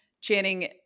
Channing